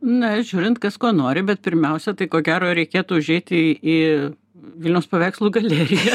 na žiūrint kas ko nori bet pirmiausia tai ko gero reikėtų užeiti į vilniaus paveikslų galeriją